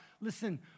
Listen